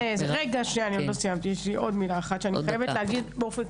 עוד לא סיימתי.